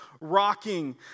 rocking